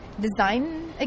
design